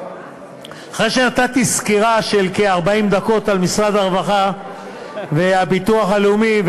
אחרי שנתתי סקירה של כ-40 דקות על משרד הרווחה והביטוח הלאומי,